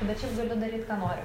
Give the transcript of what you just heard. bet čia galiu daryti ką nori